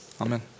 Amen